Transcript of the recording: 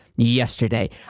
Yesterday